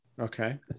Okay